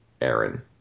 Aaron